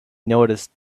noticed